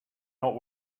not